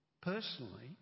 personally